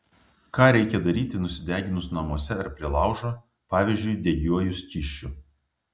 ką reikia daryti nusideginus namuose ar prie laužo pavyzdžiui degiuoju skysčiu